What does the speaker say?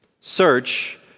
Search